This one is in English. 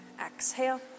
exhale